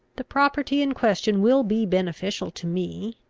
the property in question will be beneficial to me,